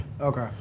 Okay